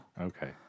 Okay